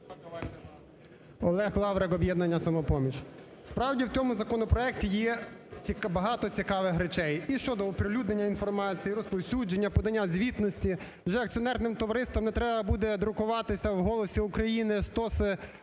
Олег Лаврик, "Об'єднання "Самопоміч". Справді, в цьому законопроекті є багато цікавих речей і щодо оприлюднення інформації, розповсюдження, подання звітності. Вже акціонерним товариствам не треба буде друкуватися в "Голосі України" стоси